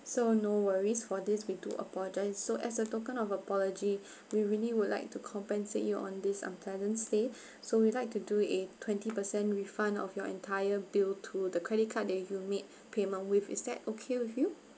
so no worries for this we do apologise so as a token of apology we really would like to compensate you on this unpleasant stay so we like to do a twenty percent refund off your entire bill to the credit card that you made payment with is that okay with you